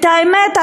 והאמת,